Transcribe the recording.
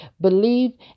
believe